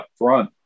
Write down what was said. upfront